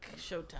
Showtime